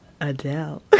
Adele